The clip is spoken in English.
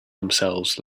themselves